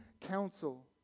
counsel